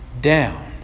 down